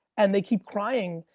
and they keep crying,